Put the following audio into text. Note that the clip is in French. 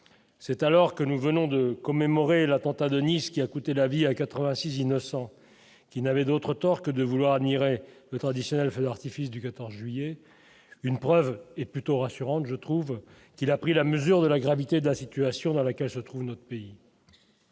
c'est alors que nous venons de commémorer l'attentat de Nice qui a coûté la vie à 86 innocents qui n'avait d'autre tort que de vouloir admirer le traditionnel feu d'artifice du 14 juillet une preuve est plutôt rassurante : je trouve qu'il a pris la mesure de la gravité de la situation dans laquelle se trouve notre pays